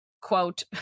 quote